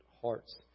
hearts